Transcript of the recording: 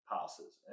passes